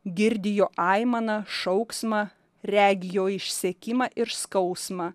girdi jo aimaną šauksmą regi jo išsekimą ir skausmą